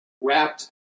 wrapped